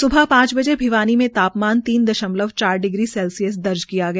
स्बह पांच बजे भिवानी में तापमान तीन दशमलव डिग्री सेल्सियस दर्ज किया गया